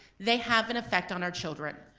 they have an effect on our children.